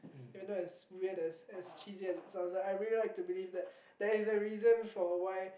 even though its weird as as cheesy as it sounds I really like to believe that there is a reason for why